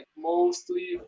mostly